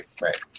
right